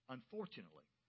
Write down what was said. Unfortunately